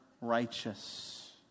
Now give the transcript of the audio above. righteous